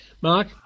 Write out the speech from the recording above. Mark